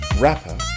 Rapper